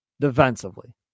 defensively